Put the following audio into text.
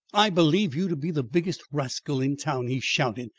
i believe you to be the biggest rascal in town, he shouted.